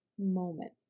moment